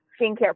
skincare